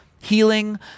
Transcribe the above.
Healing